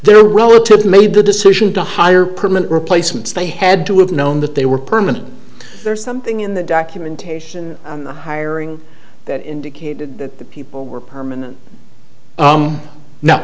their relatives made the decision to hire permanent replacements they had to have known that they were permanent there's something in the documentation and the hiring that indicated that the people were permanent